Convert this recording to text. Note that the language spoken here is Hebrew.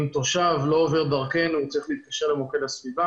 אם תושב לא עובר דרכנו הוא צריך להתקשר למוקד הסביבה,